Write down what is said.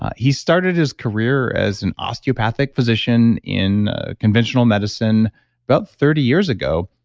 he started his career as an osteopathic physician in conventional medicine about thirty years ago.